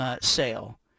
sale